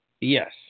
Yes